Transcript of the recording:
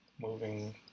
moving